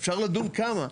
אפשר לדון כמה.